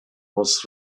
was